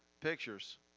pictures